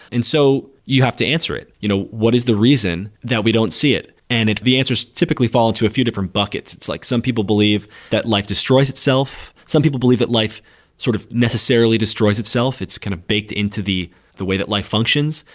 and so you have to answer it. you know what is the reason that we don't see it? and the answers typically fall into a few different buckets. it's like some people believe that life destroys itself, some people believe that life sort of necessarily destroys itself, it's kind of baked into the the way that life functions,